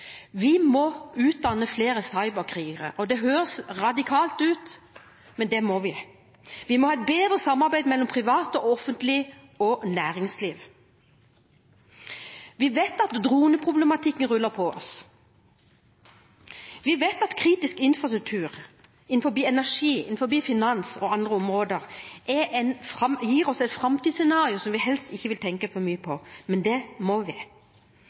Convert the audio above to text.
Vi må utdanne flere cyberkrigere, og det høres radikalt ut, men det må vi. Vi må ha et bedre samarbeid mellom privat og offentlig næringsliv. Vi vet at droneproblematikken ruller på oss, vi vet at kritisk infrastruktur innenfor energi, finans og andre områder gir oss et framtidsscenario som vi helst ikke vil tenke for mye på, men det må vi.